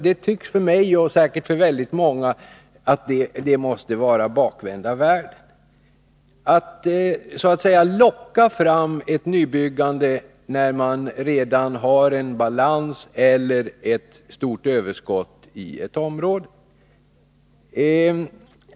Det tycks mig, och säkert många andra, vara bakvända världen att så att säga locka fram ett nybyggande, när man redan har en balans eller ett stort överskott i ett område.